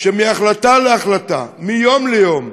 שמהחלטה להחלטה, מיום ליום,